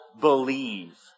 believe